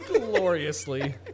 Gloriously